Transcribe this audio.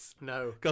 No